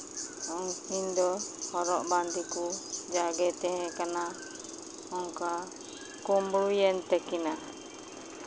ᱩᱱᱠᱤᱱ ᱫᱚ ᱦᱚᱨᱚᱜ ᱵᱟᱸᱫᱮ ᱠᱚ ᱡᱟᱜᱮ ᱛᱟᱦᱮᱸ ᱠᱟᱱᱟ ᱚᱱᱠᱟ ᱠᱩᱢᱵᱲᱩᱭᱮᱱ ᱛᱟᱹᱠᱤᱱᱟ